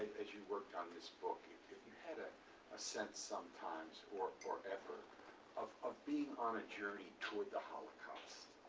as you worked on this book, if you had ah a sense sometimes, or or effort of of being on a journey toward the holocaust?